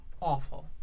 awful